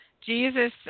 Jesus